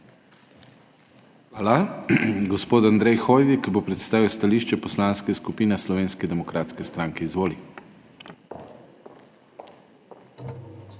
Hvala. Gospod Andrej Hoivik bo predstavil stališče Poslanske skupine Slovenske demokratske stranke. Izvoli.